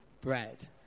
bread